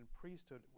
priesthood